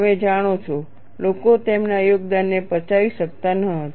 તમે જાણો છો લોકો તેમના યોગદાનને પચાવી શકતા ન હતા